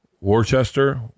Worcester